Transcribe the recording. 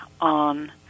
on